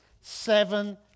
seven